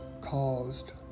caused